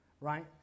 right